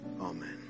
amen